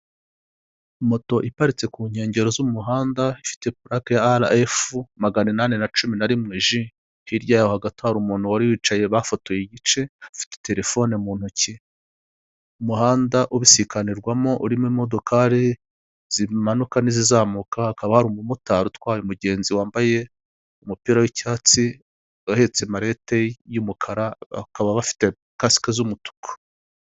moto iparitse ku nkengero z'umuhanda ifite pulake ya ara efu, maganinani na cumi na rimwe ji. Hirya yaho hagati hari umuntu wari wicaye bafotoye igice, afite telefone mu ntoki, umuhanda ubisikanirwamo urimo imodokari zimanuka n'izizamuka, hakaba hari umumotari utwaye umugenzi wambaye umupira w'icyatsi uhetse malete y'umukara, bakaba bafite kasike z'umutuku.